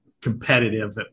competitive